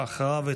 ואחריו,